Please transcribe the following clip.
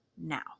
now